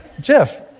Jeff